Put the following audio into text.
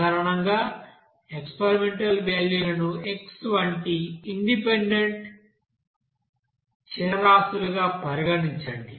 సాధారణంగా experimental value లను x వంటి ఇండిపెండెంట్ చరరాశులుగా పరిగణించండి